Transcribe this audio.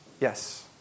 Yes